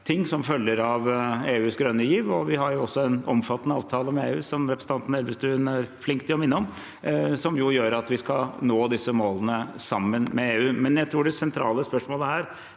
ting som følger av EUs grønne giv. Vi har også en omfattende avtale med EU, som representanten Elvestuen er flink til å minne om, som gjør at vi skal nå disse målene sammen med EU. Men jeg tror det sentrale spørsmålet her